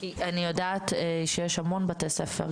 אני יודעת שיש המון בתי ספר,